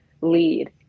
lead